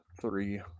three